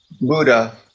Buddha